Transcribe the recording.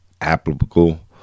applicable